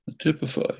typify